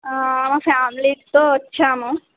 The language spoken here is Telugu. మా ఫ్యామిలీతో వచ్చాము